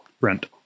rent